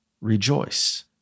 rejoice